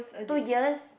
two years